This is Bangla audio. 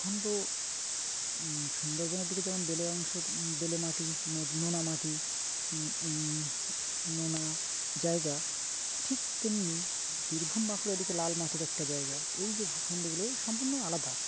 ভূখণ্ড সুন্দরবনের দিকে যেমন বেলে অংশ বেলে মাটি নোনা মাটি নোনা জায়গা ঠিক তেমনি বীরভূম বাঁকুড়ার দিকে লাল মাটির একটা জায়গা এই যে ভূখণ্ডগুলো সম্পূর্ণ আলাদা